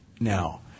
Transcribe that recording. Now